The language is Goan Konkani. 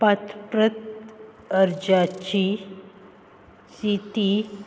पारपत्र अर्जाची स्थिती